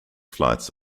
flights